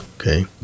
okay